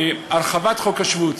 הרחבת חוק השבות,